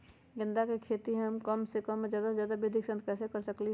गेंदा के खेती हम कम जगह में ज्यादा वृद्धि के साथ कैसे कर सकली ह?